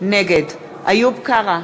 נגד איוב קרא,